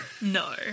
No